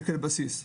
תקן בסיס.